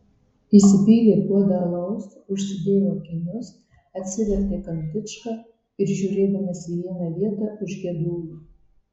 įsipylė puodą alaus užsidėjo akinius atsivertė kantičką ir žiūrėdamas į vieną vietą užgiedojo